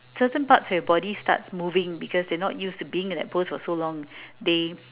certain parts of your body starts moving because they're not used to being in that pose for so long they